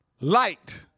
light